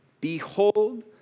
Behold